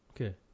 Okay